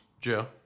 Joe